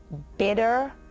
bitter,